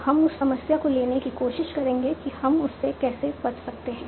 तो हम उस समस्या को लेने की कोशिश करेंगे कि हम उससे कैसे बच सकते हैं